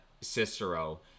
Cicero